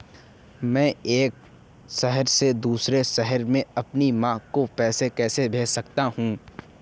मैं एक शहर से दूसरे शहर में अपनी माँ को पैसे कैसे भेज सकता हूँ?